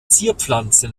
zierpflanzen